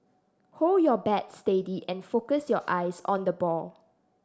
hold your bat steady and focus your eyes on the ball